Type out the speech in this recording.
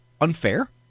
unfair